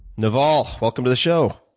naval, welcome to the show.